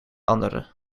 andere